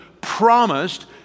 promised